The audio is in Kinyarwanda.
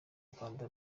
rwanda